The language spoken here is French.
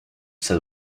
ça